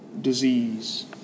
disease